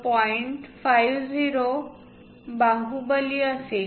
50 बाहुबलीअसेल